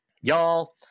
Y'all